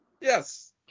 Yes